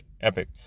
epic